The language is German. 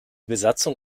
besatzung